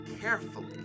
carefully